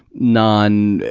non,